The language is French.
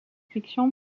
fiction